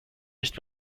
nicht